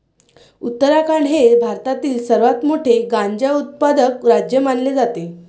उत्तराखंड हे भारतातील सर्वात मोठे गांजा उत्पादक राज्य मानले जाते